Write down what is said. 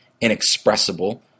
inexpressible